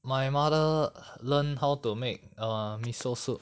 my mother learn how to make ah miso soup